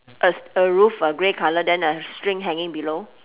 a a roof a grey colour then a string hanging below